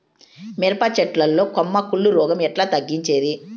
మిరప చెట్ల లో కొమ్మ కుళ్ళు రోగం ఎట్లా తగ్గించేది?